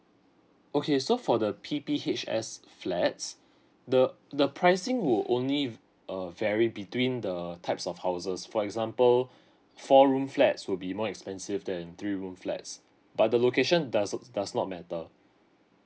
okay so for the P P H S flats the the pricing will only uh vary between the types of houses for example four room flats will be more expensive than three room flats but the location doesn't does not matter